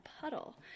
puddle